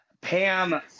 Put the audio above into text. Pam